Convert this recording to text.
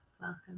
welcome